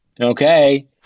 Okay